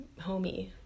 homie